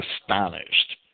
astonished